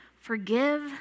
Forgive